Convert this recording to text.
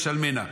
ישלמנה.